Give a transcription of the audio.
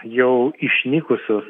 jau išnykusius